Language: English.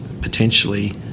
potentially